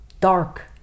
dark